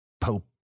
pope